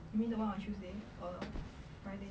you mean the one on tuesday or friday